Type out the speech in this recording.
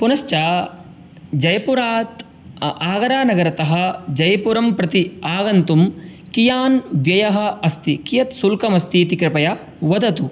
पुनश्च जयपुरात् आग्रानगरतः जयपुरं प्रति आगन्तुं कियान् व्ययः अस्ति कियत् शुल्कम् अस्ति इति कृपया वदतु